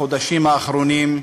בחודשים האחרונים,